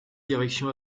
direction